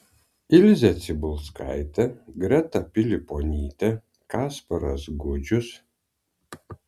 ilzė cibulskaitė greta piliponytė kasparas gudžius